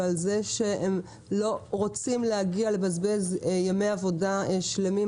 ועל זה שהם לא רוצים להגיע ולבזבז ימי עבודה שלמים.